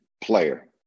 player